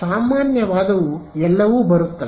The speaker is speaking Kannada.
ಸಾಮಾನ್ಯವಾದವು ಎಲ್ಲವೂ ಬರುತ್ತವೆ